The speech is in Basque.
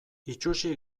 itsusi